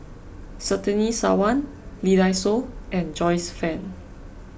Surtini Sarwan Lee Dai Soh and Joyce Fan